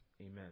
Amen